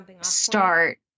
start